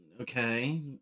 Okay